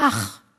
ואח //